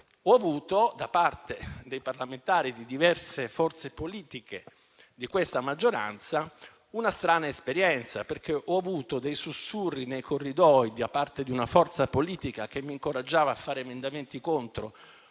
ho avuto, da parte dei parlamentari di diverse forze politiche di questa maggioranza, una strana esperienza, perché ho avuto dei sussurri nei corridoi da parte di una forza politica che mi incoraggiava a presentare emendamenti contro